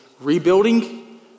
Rebuilding